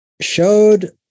showed